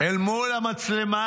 אל מול המצלמה: